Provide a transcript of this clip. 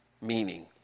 meaning